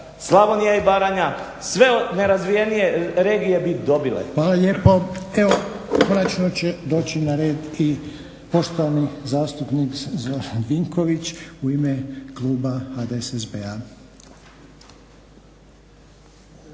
Slavonija i Baranja sve nerazvijenije regije bi dobile. **Reiner, Željko (HDZ)** Poštovani zastupnik Zoran Vinković u ime kluba HDSSB-a.